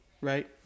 Right